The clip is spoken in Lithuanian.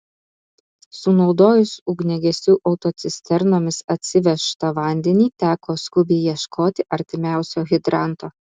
sunaudojus ugniagesių autocisternomis atsivežtą vandenį teko skubiai ieškoti artimiausio hidranto